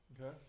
Okay